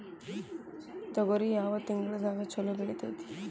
ತೊಗರಿ ಯಾವ ತಿಂಗಳದಾಗ ಛಲೋ ಬೆಳಿತೈತಿ?